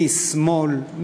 משמאל,